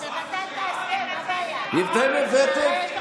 אתם הבאתם?